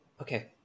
Okay